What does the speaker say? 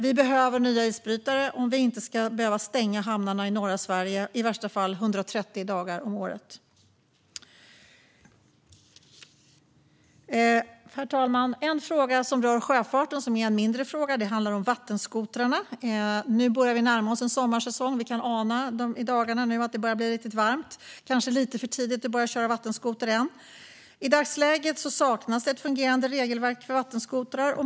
Vi behöver nya isbrytare om vi inte ska behöva stänga hamnarna i norra Sverige, i värsta fall 130 dagar om året. Herr talman! En mindre fråga som rör sjöfarten är vattenskotrarna. Nu börjar vi närma oss sommarsäsongen - i dagarna har vi märkt att det börjat bli riktigt varmt, även om det kanske ännu är lite för tidigt att börja köra vattenskoter. I dagsläget saknas ett fungerande regelverk för vattenskotrar.